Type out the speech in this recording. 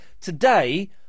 today